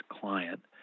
client